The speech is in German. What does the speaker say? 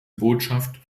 botschaft